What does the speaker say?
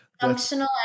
functional